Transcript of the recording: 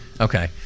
Okay